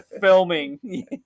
filming